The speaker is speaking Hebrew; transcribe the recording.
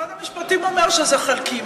משרד המשפטים אומר שזה חלקי.